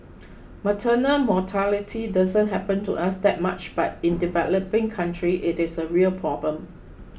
maternal mortality doesn't happen to us that much but in developing countries it is a real problem